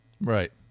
Right